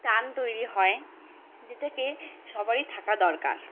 টান তৈরি হয় যেটাকে সবারই থাকা দরকার